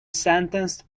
sentenced